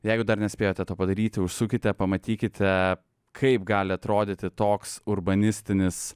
jeigu dar nespėjote to padaryti užsukite pamatykite kaip gali atrodyti toks urbanistinis